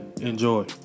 enjoy